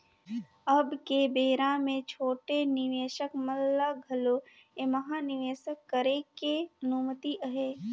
अब के बेरा मे छोटे निवेसक मन ल घलो ऐम्हा निवेसक करे के अनुमति अहे